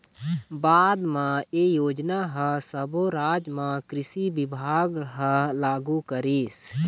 बाद म ए योजना ह सब्बो राज म कृषि बिभाग ह लागू करिस